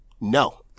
no